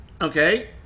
Okay